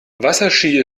wasserski